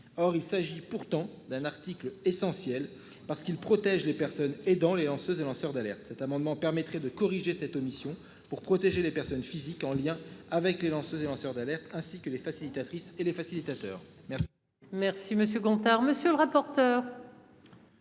Or il s'agit pourtant d'un article essentiel parce qu'ils protègent les personnes et dans les danseuses et lanceur d'alerte cet amendement permettrait de corriger cette omission pour protéger les personnes physiques en lien avec les lances des lanceurs d'alerte ainsi que les facilitatrice et les facilitateurs merci.